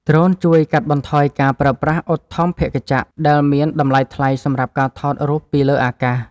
ដ្រូនជួយកាត់បន្ថយការប្រើប្រាស់ឧទ្ធម្ភាគចក្រដែលមានតម្លៃថ្លៃសម្រាប់ការថតរូបពីលើអាកាស។